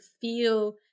feel